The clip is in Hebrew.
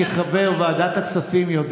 כחבר ועדת הכספים לשעבר,